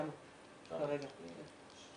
כרגע יש 900 מוקדנים.